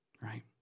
right